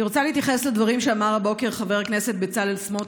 אני רוצה להתייחס לדברים שאמר הבוקר חבר הכנסת בצלאל סמוטריץ'